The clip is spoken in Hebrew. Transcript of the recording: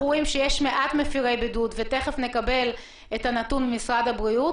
רואים שיש מעט מפרי בידוד ותיכף נקבל את הנתון ממשרד הבריאות